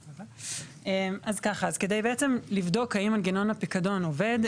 אז כדי בעצם לבדוק האם מנגנון הפיקדון עובד,